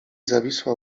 zawisła